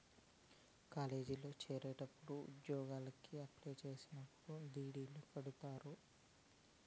కాలేజీల్లో చేరేటప్పుడు ఉద్యోగలకి అప్లై చేసేటప్పుడు డీ.డీ.లు కడుతుంటారు